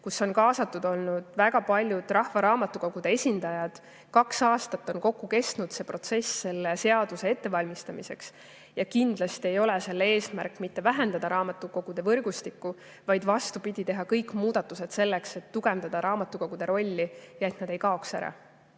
kuhu on kaasatud väga paljud rahvaraamatukogude esindajad. Kaks aastat on see protsess kokku kestnud selle seaduse ettevalmistamiseks ja kindlasti ei ole selle eesmärk mitte vähendada raamatukogude võrgustikku, vaid vastupidi, teha kõik muudatused selleks, et tugevdada raamatukogude rolli ja et nad ei kaoks ära.